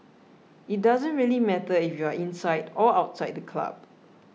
it doesn't really matter if you are inside or outside the club